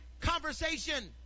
conversation